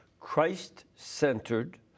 christ-centered